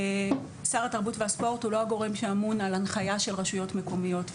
שר התרבות והספורט הוא לא הגורם שאמון על הנחיה של רשויות מקומיות,